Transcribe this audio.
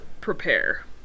prepare